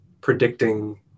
predicting